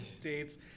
dates